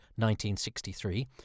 1963